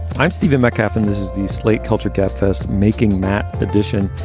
i'm stephen metcalf and this is the slate culture gabfest making mat edition.